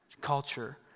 culture